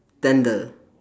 tender